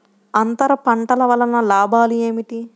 అంతర పంటల వలన లాభాలు ఏమిటి?